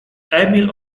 emil